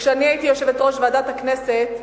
שכשאני הייתי יושבת-ראש ועדת הכנסת,